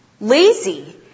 lazy